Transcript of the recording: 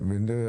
לגריטה,